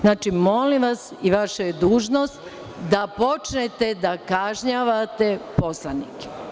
Znači, molim vas, i vaša je dužnost da počnete da kažnjavate poslanike.